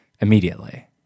immediately